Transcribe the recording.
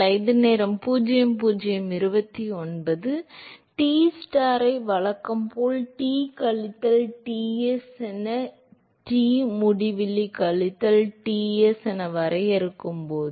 Tstar ஐ வழக்கம் போல் T கழித்தல் Ts என டி முடிவிலி கழித்தல் Ts என வரையறுக்கும் போது